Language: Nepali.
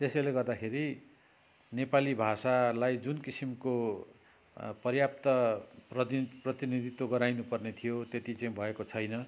त्यसैले गर्दाखेरि नेपाली भाषालाई जुन किसिमको पर्याप्त प्रतिन प्रतिनिधित्व गराइनुपर्ने थियो त्यति चाहिँ भएको छैन